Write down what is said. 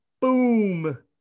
Boom